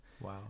Wow